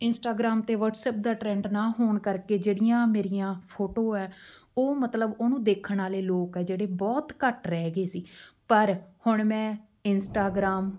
Instagram ਅਤੇ WhatsApp ਦਾ trend ਨਾ ਹੋਣ ਕਰਕੇ ਜਿਹੜੀਆਂ ਮੇਰੀਆਂ ਫੋਟੋ ਹੈ ਉਹ ਮਤਲਬ ਉਹਨੂੰ ਦੇਖਣ ਵਾਲੇ ਲੋਕ ਆ ਜਿਹੜੇ ਬਹੁਤ ਘੱਟ ਰਹਿ ਗਏ ਸੀ ਪਰ ਹੁਣ ਮੈਂ ਇੰਸਟਾਗ੍ਰਾਮ